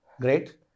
Great